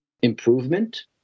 improvement